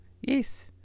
Yes